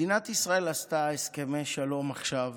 מדינת ישראל עשתה הסכמי שלום עכשיו